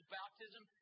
baptism